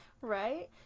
Right